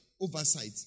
oversight